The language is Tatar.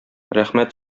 рәхмәт